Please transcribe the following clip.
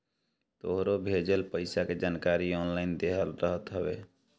तोहरो भेजल पईसा के जानकारी ऑनलाइन देहल रहत हवे